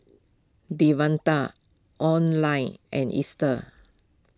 Devontae Oline and Easter